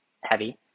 heavy